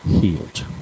Healed